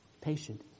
Patient